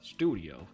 Studio